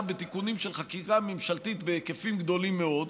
בתיקונים של חקיקה ממשלתית בהיקפים גדולים מאוד,